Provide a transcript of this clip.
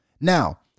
Now